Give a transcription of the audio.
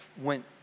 went